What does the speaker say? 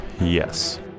Yes